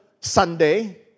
Sunday